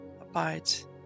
abides